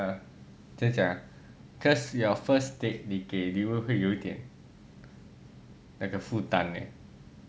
怎么样讲啊 cause your first date 你给礼物会有点那个负担 leh